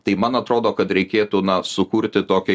tai man atrodo kad reikėtų na sukurti tokį